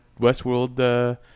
Westworld